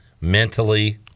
mentally